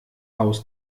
haus